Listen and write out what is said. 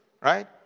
right